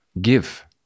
give